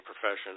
profession